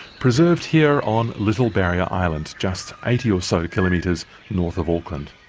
preserved here on little barrier island, just eighty or so kilometres north of auckland.